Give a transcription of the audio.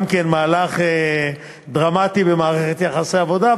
גם כן מהלך דרמטי במערכת יחסי העבודה,